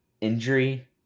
injury